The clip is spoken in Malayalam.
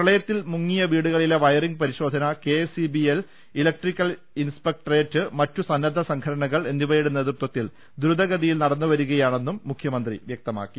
പ്രളയത്തിൽ മുങ്ങിയ വീടുകളിലെ വയറിംഗ് പരിശോധന K S E B L electrical inspectorate മറ്റു സന്നദ്ധ സംഘടനകൾ എന്നിവയുടെ നേതൃത്വത്തിൽ ദ്രുത ഗതിയിൽ നടന്നു വരികയാണെന്നും മുഖ്യമന്ത്രി വ്യക്തമാക്കി